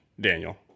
Daniel